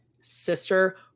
Sister